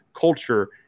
culture